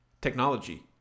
Technology